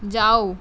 ਜਾਓ